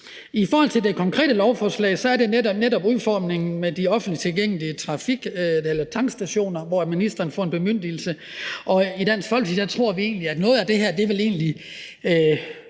fornuftigt. I det konkrete lovforslag er det netop udformningen med de offentligt tilgængelige tankstationer, hvor ministeren får en bemyndigelse, og i Dansk Folkeparti tror vi egentlig, at noget af det her vil ændre